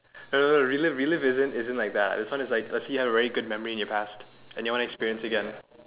no no no relive relive isn't isn't like that this one is you have a very good memory in your past and you want to experience it again